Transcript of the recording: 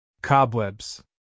Cobwebs